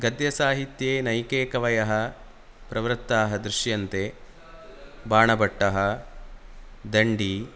गद्यसाहित्ये नैके कवयः प्रवृत्ताः दृश्यन्ते बाणभट्टः दण्डी